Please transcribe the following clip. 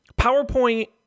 PowerPoint